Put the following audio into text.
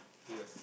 yes